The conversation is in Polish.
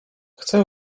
chcę